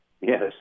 Yes